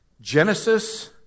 Genesis